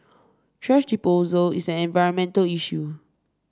thrash disposal is an environmental issue